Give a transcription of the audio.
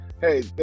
hey